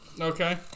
Okay